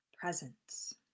presence